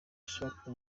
ashaka